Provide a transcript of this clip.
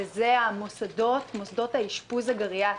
וזה מוסדות האשפוז הגריאטריים.